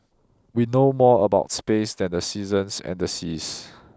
we know more about space than the seasons and the seas